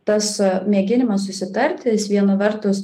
tas mėginimas susitarti jis viena vertus